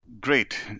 Great